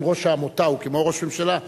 אם ראש העמותה הוא כמו ראש ממשלה,